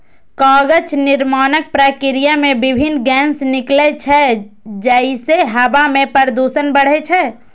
कागज निर्माणक प्रक्रिया मे विभिन्न गैस निकलै छै, जइसे हवा मे प्रदूषण बढ़ै छै